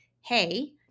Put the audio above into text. hey